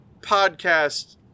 podcast